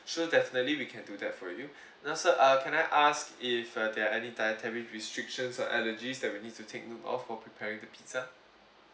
sure definitely we can do that for you now sir uh can I ask if uh there are any dietary restrictions or allergies that we need to take note of while preparing the pizza